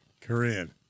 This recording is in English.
Korean